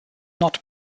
not